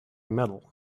metal